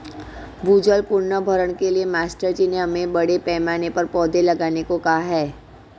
भूजल पुनर्भरण के लिए मास्टर जी ने हमें बड़े पैमाने पर पौधे लगाने को कहा है